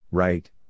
Right